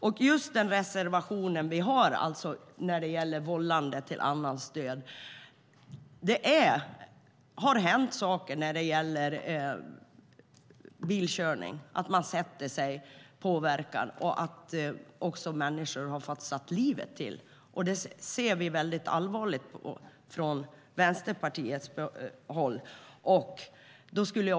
Vi har en reservation som handlar om vållande till annans död. Det händer saker vid bilkörning. Folk kör påverkade, och människor får sätta livet till. Det ser Vänsterpartiet allvarligt på.